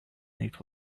night